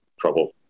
trouble